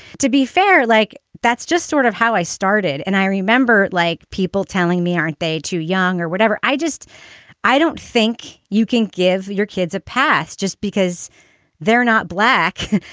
to be fair, like, that's just sort of how i started. and i remember, like, people telling me, aren't they too young or whatever. i just i don't think you can give your kids a pass just because they're not black.